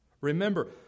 Remember